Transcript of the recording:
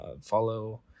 Follow